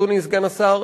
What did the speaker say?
אדוני סגן השר,